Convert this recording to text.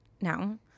No